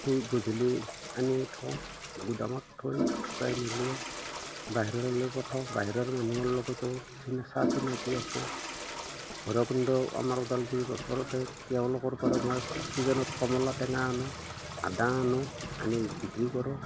সেই গধূলি আনি থওঁ গুদামত থৈ শুকাই মেলি বাহিৰলৈ পঠাওঁ বাহিৰৰ মানুহৰ লগতো চা চিনাকি আছে ভৈৰৱকুণ্ড আমাৰ ওদালগুৰি ওচৰতে তেওঁলোকৰপৰা মই ছিজনত কমলা টেঙা আনোঁ আদা আনোঁ আনি বিক্ৰী কৰোঁ